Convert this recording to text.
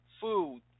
food